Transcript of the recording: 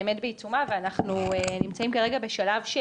באמת בעיצומה ואנחנו נמצאים כרגע בשלב,